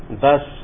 Thus